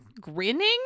Grinning